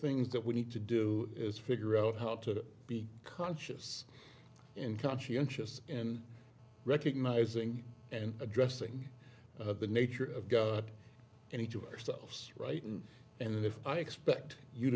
things that we need to do is figure out how to be conscious in conscientious in recognizing and addressing the nature of god and each of our selves right and and if i expect you